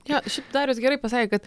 jo šiaip darius gerai pasakė kad